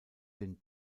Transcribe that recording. den